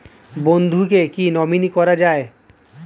বন্ধুকে কী নমিনি করা যায়?